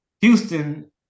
Houston